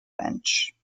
bench